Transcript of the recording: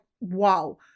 wow